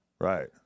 right